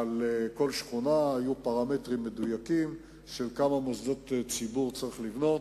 לכל שכונה היו פרמטרים מדויקים של כמה מוסדות ציבור צריך לבנות,